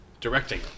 directing